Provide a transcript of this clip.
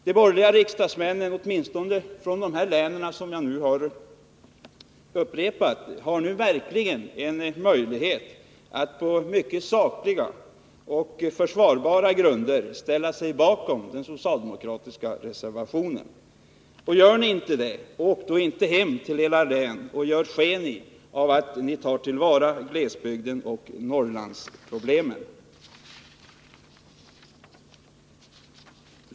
De borgerliga riksdagsmännen från de här länen har nu verkligen möjlighet att på mycket sakliga och försvarbara grunder ställa sig bakom den socialdemokratiska reservationen. Gör ni inte det — åk då inte hem till era län och gör sken av att ni tar till vara glesbygdens intressen och arbetar för Norrlandsproblemen.